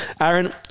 Aaron